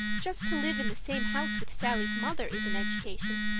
just to live in the same house with sallie's mother is an education.